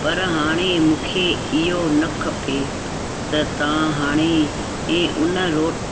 पर हाणे मूंखे इहो न खपे त तव्हां हाणे ऐं हुन रो